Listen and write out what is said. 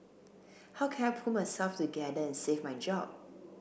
how can I pull myself together and save my job